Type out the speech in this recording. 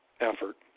effort